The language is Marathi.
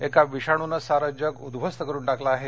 एका विषाणूनं सारं जग उध्वस्त करून टाकलं आहे